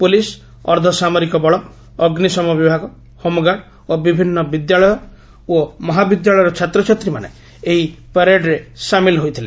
police ଅର୍ବ୍ବସାମରିକ ବଳ ଅଗ୍ନିଶମ ବିଭାଗ ହୋମ୍ଗାର୍ଡ ଓ ବିଭିନ୍ନ ବିଦ୍ୟାଳୟ ଓ ମହାବିଦ୍ୟାଳୟର ଛାତ୍ରଛାତ୍ରୀମାନେ ଏହି ପରେଡ୍ରେ ସାମିଲ ହୋଇଥିଲେ